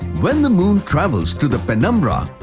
when the moon travels to the penumbra,